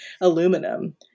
aluminum